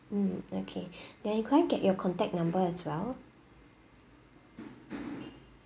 mm okay then could I get your contact number as well